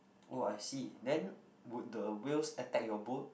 oh I see then would the whales attack your boat